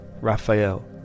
Raphael